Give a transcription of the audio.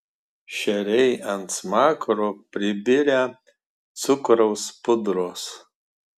šeriai ant smakro pribirę cukraus pudros